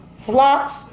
flocks